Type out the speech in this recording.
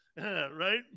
Right